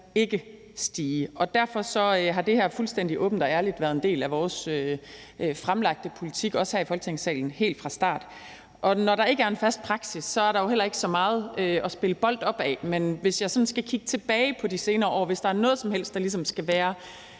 ikke stige. Derfor har det her fuldstændig åbent og ærligt været en del af vores fremlagte politik, også her i Folketingssalen, helt fra start. Når der ikke er en fast praksis, er der jo heller ikke så meget at spille bold op ad. Men hvis jeg sådan skal kigge tilbage på de senere år, og hvis der er noget som helst, der ligesom skal være